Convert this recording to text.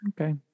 Okay